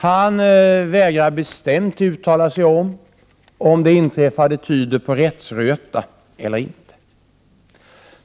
Han vägrar bestämt att uttala sig om huruvida det inträffade tyder på rättsröta eller inte.